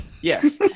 Yes